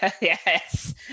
Yes